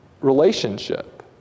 relationship